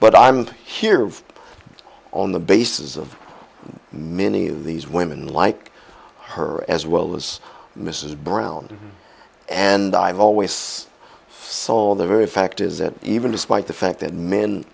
but i'm here on the basis of many of these women like her as well as mrs brown and i've always saw the very fact is that even despite the fact that men